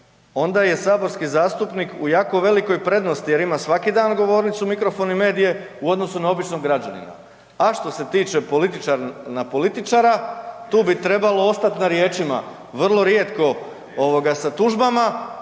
onda je saborski zastupnik u jako velikoj prednosti jer ima svaki dan govornicu, mikrofon i medije u odnosu na običnog građanina. A što se tiče političara, tu bi trebalo ostati na riječima, vrlo rijetko sa tužbama,